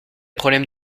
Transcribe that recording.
problèmes